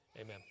Amen